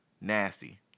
nasty